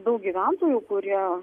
daug gyventojų kurie